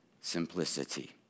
simplicity